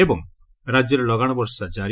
ଏବଂ ରାକ୍ୟରେ ଲଗାଣ ବର୍ଷା ଜାରି